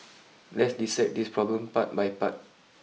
lets dissect this problem part by part